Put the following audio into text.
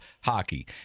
hockey